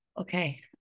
Okay